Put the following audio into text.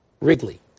Wrigley